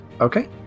Okay